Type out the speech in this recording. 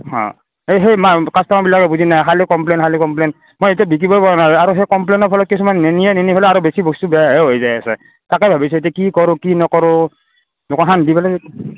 হ সেই কাষ্টমাৰবিলাকে বুজি নাপায় খালী কমপ্লেইন খালী কমপ্লেইন মই এতিয়া বিক্ৰীবয়ে পৰা নাই আৰু সেই কমপ্লেইনৰ ফলত কিছুমানে নিনিয়ে আৰু নিনি পেলাই আৰু বেছি বস্তু বেয়াহে হৈ যাই আছে তাকে ভাবিছোঁ এতিয়া কি কৰোঁ কি নকৰোঁ দোকানখন দি পেলাই